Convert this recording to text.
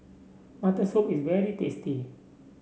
Mutton Soup is very tasty